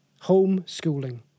Homeschooling